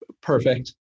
perfect